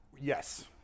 Yes